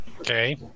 Okay